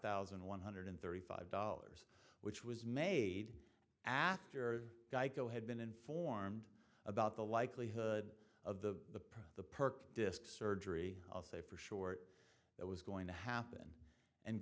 thousand one hundred thirty five dollars which was made after geico had been informed about the likelihood of the the perk disc surgery i'll say for sure it was going to happen and